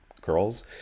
girls